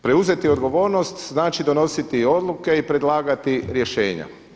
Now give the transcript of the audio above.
Preuzeti odgovornost znači donositi odluke i predlagati rješenja.